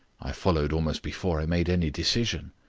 i followed almost before i made any decision.